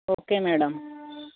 okay madam